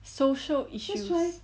social issues